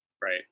right